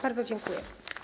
Bardzo dziękuję.